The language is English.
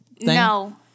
No